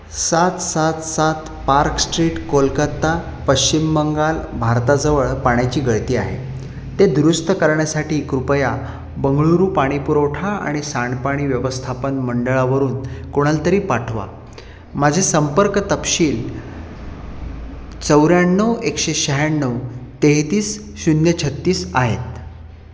सात सात सात पार्क स्ट्रीट कोलकाता पश्चिम बंगाल भारताजवळ पाण्याची गळती आहे ते दुरुस्त करण्यासाठी कृपया बंगळूरू पाणी पुरवठा आणि सांडपाणी व्यवस्थापन मंडळावरून कोणाला तरी पाठवा माझे संपर्क तपशील चौऱ्याण्णव एकशे शहाण्णव तेहतीस शून्य छत्तीस आहेत